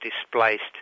displaced